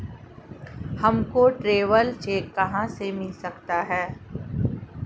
हमको traveller cheque कहाँ से मिल सकता है?